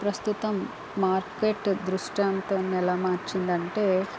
ప్రస్తుతం మార్కెట్ దృష్ట్యాంతం ఎలా మార్చింది అంటే